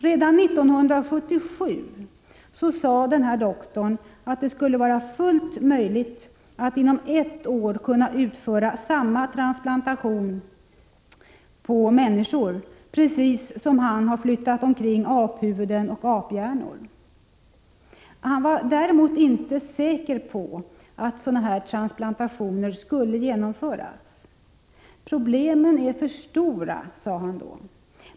Redan 1977 sade denne doktor att det skulle vara fullt möjligt att inom ett år utföra transplantationer på människor, på precis samma sätt som han flyttat omkring aphuvuden och aphjärnor. Han var däremot inte säker på att sådana transplantationer skulle genomföras. Problemen är för stora, sade han då.